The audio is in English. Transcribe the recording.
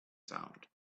sound